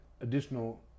additional